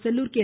Sellur K